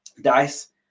Dice